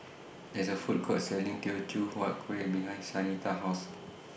There IS A Food Court Selling Teochew Huat Kueh behind Shanita's House